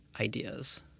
ideas